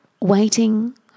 waiting